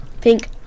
Pink